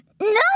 No